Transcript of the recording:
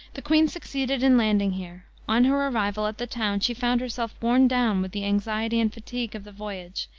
the queen succeeded in landing here. on her arrival at the town, she found herself worn down with the anxiety and fatigue of the voyage,